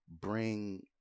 bring